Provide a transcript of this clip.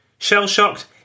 Shell-shocked